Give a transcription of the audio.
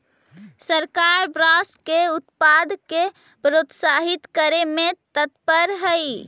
सरकार बाँस के उत्पाद के प्रोत्साहित करे में तत्पर हइ